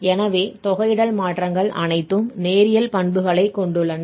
எனவே தொகையிடல் மாற்றங்கள் அனைத்தும் நேரியல் பண்புகளைக் கொண்டுள்ளன